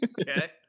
Okay